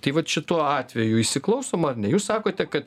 tai vat šituo atveju įsiklausoma ar ne jūs sakote kad